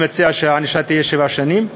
ואני מציע שהענישה תהיה שבע שנים.